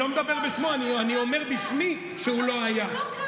אני לא מדבר בשמו, אני אומר בשמי שהוא לא היה.